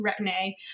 retin-a